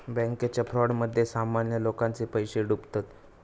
बॅन्केच्या फ्रॉडमध्ये सामान्य लोकांचे पैशे डुबतत